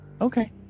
Okay